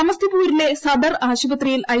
സമസ്തി പൂരിലെ സദർ ആശുപത്രിയിൽ ഐ